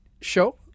show